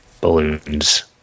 balloons